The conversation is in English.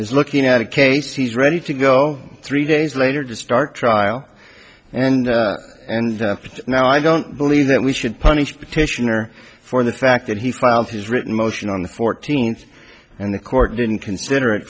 is looking at a case he's ready to go three days later to start trial and and now i don't believe that we should punish petitioner for the fact that he filed his written motion on the fourteenth and the court didn't consider